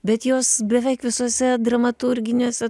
bet jos beveik visuose dramaturginėse